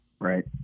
Right